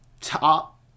top